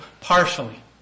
partially